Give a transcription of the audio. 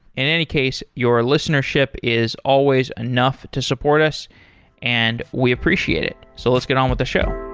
in any case, your listenership is always enough to support us and we appreciate it. so let's get on with the show.